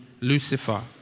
Lucifer